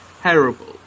terrible